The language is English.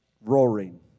roaring